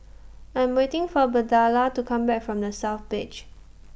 I'm waiting For Birdella to Come Back from The South Beach